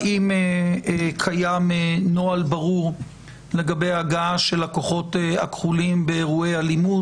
האם קיים נוהל ברור לגבי הגעה של הכוחות הכחולים באירועי אלימות,